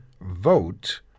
vote